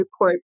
report